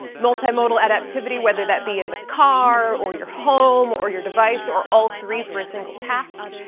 multimodal adaptivity, whether that be in the car, or your home, or your device, or all three for a single task.